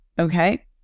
okay